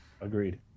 Agreed